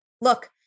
Look